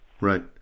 Right